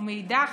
ומאידך,